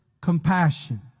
compassion